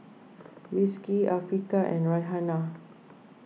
Rizqi Afiqah and Raihana